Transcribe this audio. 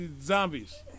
Zombies